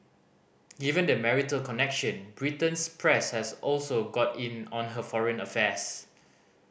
given the marital connection Britain's press has also got in on her foreign affairs